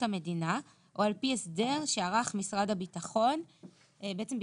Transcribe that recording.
המדינה או על פי הסדר שערך משרד הביטחון; בעצם,